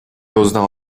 узнал